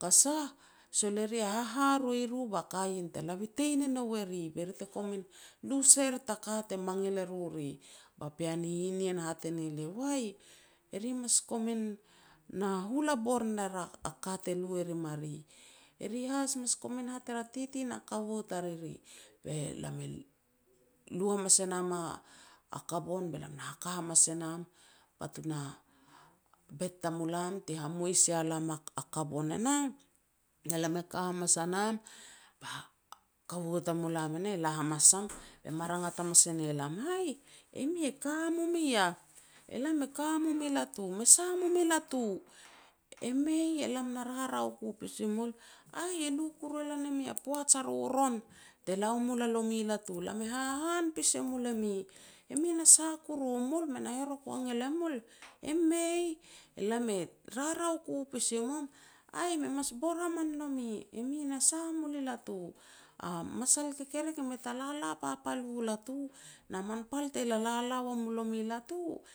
ka sah, sol eri haharoi ru ba ka ien te la bitein e nou e ri, be ri te kum lu sair ta ka te mangil e ru ri." Ba pean hihin nien hat e ne lia, "Wai, e ri mas komin na hula bor ner a-a ka te lu e rim a ri. E ri has komin hat er a titi na kaua tariri." Be lam e lu hamas e nam a-a kabon be lam na haka hamas e nam patun a bed tamulam te hamois ia lam a kabon e nah. Be lam e ka hamas a nam, ba kaua tamulam e nah e la hamas am be me rangat hamas e ne lam, "Aih, e mi e ka mum i yah", "E lam e ka mum i latu", "Me sa mum i latu", "E mei, elam na rarau ku pasi mul", "Aih, e lu kuru e lan e mi a poaj a roron te la ua mul a lomi latu, lam e hahan pas e mul e mi. E mi na sah kuru mul, e mi na herok wangel e mul", "E mei, e lam e rarau ku pasi mum", "Aih, me mas bor haman nomi, e mi na sah mul i latu, a masal u kekerek mei ta lala papal u latu, na man te lala la wa mu lomi latu,